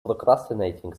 procrastinating